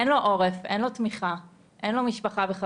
אין לו עורף, אין לו תמיכה, אין לו משפחה וחברים,